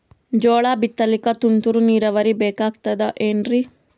ಜೋಳ ಬಿತಲಿಕ ತುಂತುರ ನೀರಾವರಿ ಬೇಕಾಗತದ ಏನ್ರೀ?